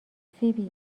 فیبی